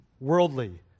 Worldly